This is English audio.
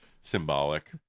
symbolic